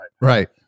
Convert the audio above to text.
Right